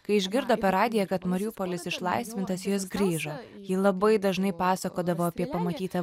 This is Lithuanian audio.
kai išgirdo per radiją kad mariupolis išlaisvintas jos grįžo ji labai dažnai pasakodavo apie pamatytą